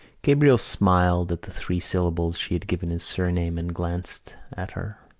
gabriel smiled at the three syllables she had given his surname and glanced at her.